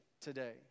today